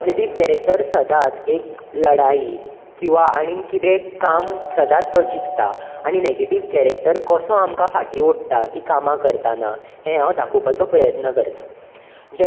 positive character सदांच एक लढाई किंवां आनीक कितें काम सदांच तो जिंकता आनी नॅगेटीव्ह कॅरेक्टर कसो आमकां फाटी ओडटा ती कामां करताना हे हांव दाखोवपाचो प्रयत्न करतां